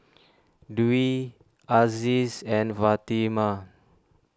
Dwi Aziz and Fatimah